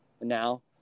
now